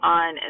on